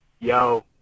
Yo